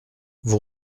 vous